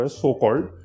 so-called